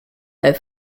bei